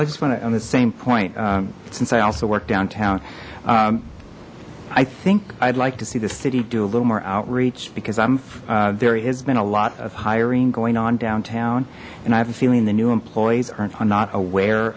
i just went it on the same point since i also worked downtown i think i'd like to see the city do a little more outreach because i'm there has been a lot of hiring going on downtown and i have a feeling the new employees are not aware